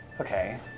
Okay